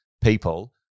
people